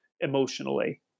emotionally